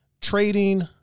trading